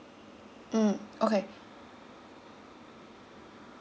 mm okay